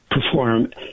perform